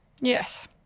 Yes